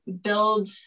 build